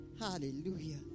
Hallelujah